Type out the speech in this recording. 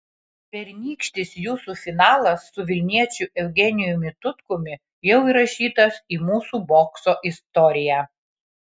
pernykštis jūsų finalas su vilniečiu eugenijumi tutkumi jau įrašytas į mūsų bokso istoriją